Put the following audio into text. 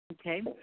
Okay